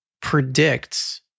predicts